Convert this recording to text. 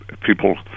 People